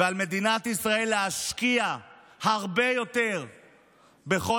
על מדינת ישראל להשקיע הרבה יותר בכל